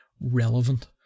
relevant